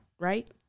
Right